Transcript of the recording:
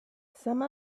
some